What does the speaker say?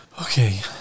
okay